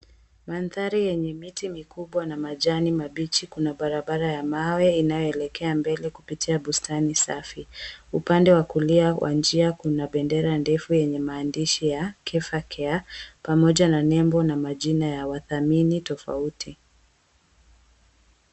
Mandhari yenye miti mikubwa na majani mabichi. Kuna barabara ya mawe inayoelekea mbele kupitia bustani safi. Upande wa kulia kwa njia kuna bendera ndefu yenye maandishi ya, Taifa Care, pamoja na nembo na majina ya wadhamini tofauti.